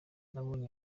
nabonye